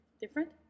different